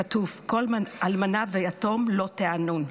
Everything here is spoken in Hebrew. כתוב: "כל אלמנה ויתום לא תענון".